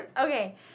Okay